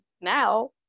now